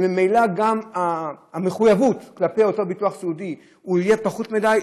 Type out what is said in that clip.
וממילא גם המחויבות כלפי אותו ביטוח סיעודי תהיה פחות מדי,